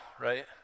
right